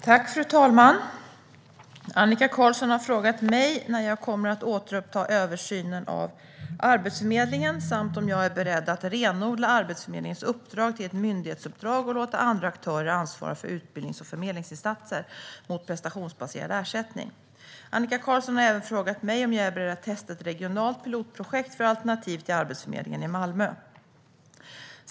Svar på interpellationer Fru talman! Annika Qarlsson har frågat mig när jag kommer att återuppta översynen av Arbetsförmedlingen samt om jag är beredd att renodla Arbetsförmedlingens uppdrag till ett myndighetsuppdrag och låta andra aktörer ansvara för utbildnings och förmedlingsinsatser mot prestationsbaserad ersättning. Annika Qarlsson har även frågat mig om jag är beredd att testa ett regionalt pilotprojekt för alternativ till Arbetsförmedlingen i Malmö.